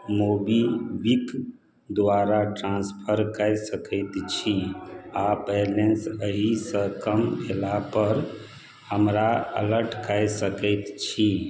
MobiKwik द्वारा transfer कय सकैत छी आ बैलेंस एहिसँ कम भेला पर हमरा अलर्ट कय सकैत छी